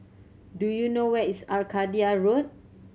do you know where is Arcadia Road